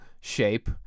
shape